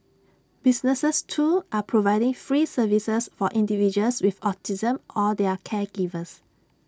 businesses too are providing free services for individuals with autism or their caregivers